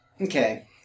Okay